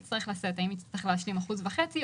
לשאת - האם היא תצטרך להשלים אחוז וחצי,